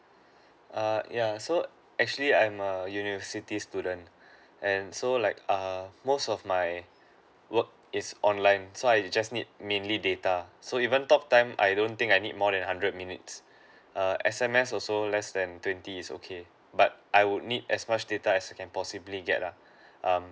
err ya so actually I'm a university student and so like err most of my work is online so I just need mainly data so even talk time I don't think I need more than hundred minutes err S_M_S also less than twenty is okay but I would need as much data as I can possibly get lah um